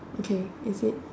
okay is it